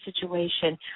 situation